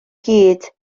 gyd